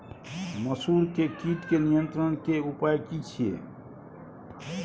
मसूर के कीट के नियंत्रण के उपाय की छिये?